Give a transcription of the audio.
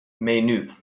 maynooth